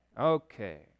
Okay